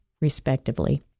respectively